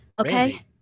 Okay